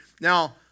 Now